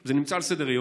זה נמצא על סדר-היום,